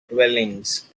dwellings